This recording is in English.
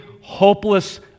hopeless